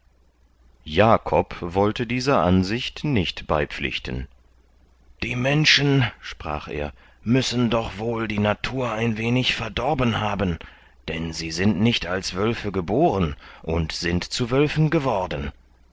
jakob wollte dieser ansicht nicht beipflichten die menschen sprach er müssen doch wohl die natur ein wenig verdorben haben denn sie sind nicht als wölfe geboren und sind zu wölfen geworden